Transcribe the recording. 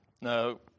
No